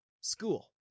School